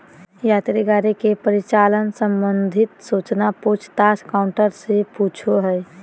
यात्री गाड़ी के परिचालन संबंधित सूचना पूछ ताछ काउंटर से पूछो हइ